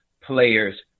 players